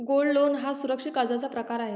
gold loan हा सुरक्षित कर्जाचा प्रकार आहे